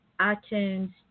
iTunes